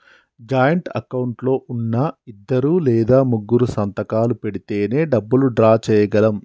joint account లో ఉన్నా ఇద్దరు లేదా ముగ్గురూ సంతకాలు పెడితేనే డబ్బులు డ్రా చేయగలం